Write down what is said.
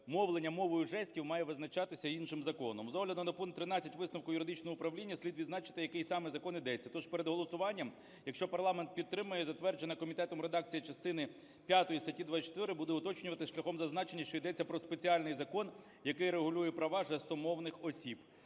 мовлення мовою жестів має визначатися іншим законом. З огляду на пункт 13 висновку юридичного управління слід відзначити, який саме закон ідеться. Тож перед голосуванням, якщо парламент підтримає, затверджена комітетом редакція частини п'ятої статті 24 буде уточнюватись шляхом зазначення, що йдеться про спеціальний закон, який регулює права жестомовних осіб.